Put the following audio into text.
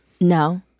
No